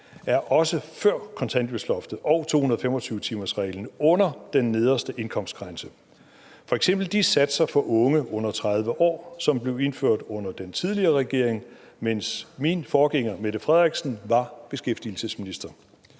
er også før kontanthjælpsloftet og 225-timersreglen under den nederste indkomstgrænse, f.eks. de satser for unge under 30 år, som blev indført under den tidligere regering, mens min forgænger, Mette Frederiksen, var beskæftigelsesminister.